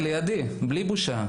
לידי בלי בושה,